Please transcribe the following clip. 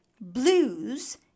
blues